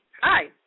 Hi